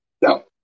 No